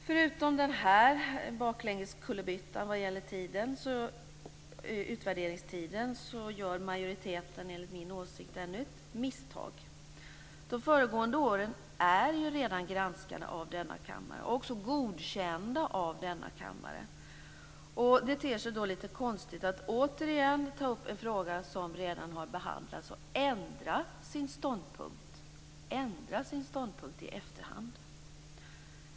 Förutom denna baklängeskullerbytta vad gäller utvärderingstiden gör majoriteten, enligt min åsikt, ännu ett misstag. De föregående åren är ju redan granskade och också godkända av denna kammare. Det ter sig då lite konstigt att återigen ta upp en fråga som redan har behandlats och ändra sin ståndpunkt i efterhand.